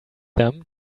them